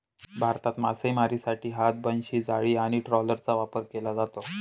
भारतात मासेमारीसाठी हात, बनशी, जाळी आणि ट्रॉलरचा वापर केला जातो